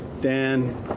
Dan